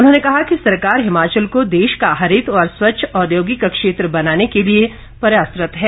उन्होंने कहा कि सरकार हिमाचल को देश का हरित और स्वच्छ औद्योगिक क्षेत्र बनाने के लिए प्रयासरत है